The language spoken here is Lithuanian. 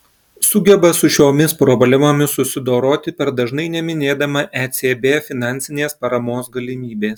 sugeba su šiomis problemomis susidoroti per dažnai neminėdama ecb finansinės paramos galimybės